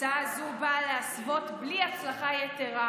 הצעה זו באה "להסוות, בלי הצלחה יתרה,